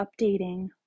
updating